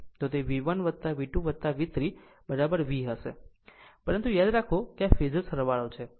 આમ તેV1 V2 V3 V હશે પરંતુ યાદ રાખો કે આ ફેઝર સરવાળો છે